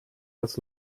das